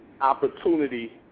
opportunity